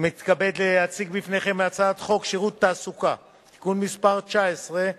אני מתכבד להציג בפניכם הצעת חוק שירות התעסוקה (תיקון מס' 19),